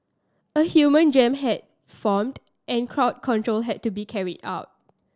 a human jam had formed and crowd control had to be carried out